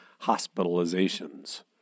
hospitalizations